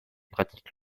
pratique